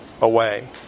away